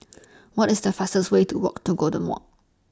What IS The fastest Way to Walk to Golden Walk